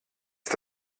ist